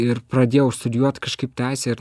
ir pradėjau studijuot teisę ir